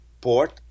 port